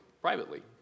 privately